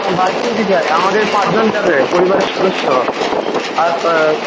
আমাদের পাঁচজন যাবে পরিবারের সদস্য আর